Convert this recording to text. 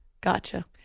Gotcha